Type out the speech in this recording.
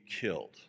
killed